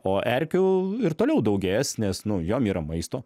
o erkių ir toliau daugės nes nu jom yra maisto